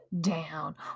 down